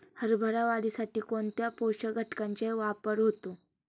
हरभरा वाढीसाठी कोणत्या पोषक घटकांचे वापर होतो?